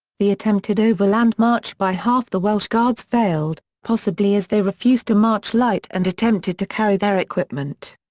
the attempted overland march by half the welsh guards failed, possibly as they refused to march light and attempted to carry their equipment.